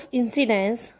incidence